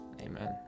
Amen